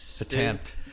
Attempt